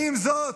עם זאת,